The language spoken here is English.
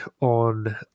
on